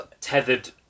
tethered